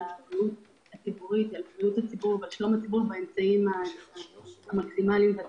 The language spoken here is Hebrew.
בריאות הציבור ושלום הציבור באמצעים המקסימליים.